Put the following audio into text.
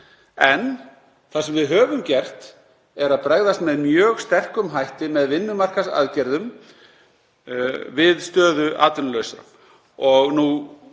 En það sem við höfum gert er að bregðast með mjög sterkum hætti með vinnumarkaðsaðgerðum við stöðu atvinnulausra.